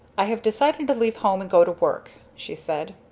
i have decided to leave home and go to work, she said.